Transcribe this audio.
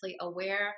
aware